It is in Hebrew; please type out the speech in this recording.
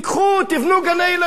תבנו גני-ילדים.